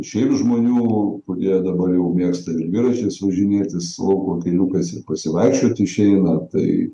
šiaip žmonių kurie dabar jau mėgsta ir dviračiais važinėtis lauko keliukais pasivaikščioti išeina tai